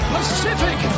Pacific